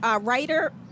Writer